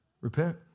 repent